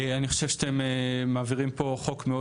אני חושב שאתם מעבירים פה חוק מאוד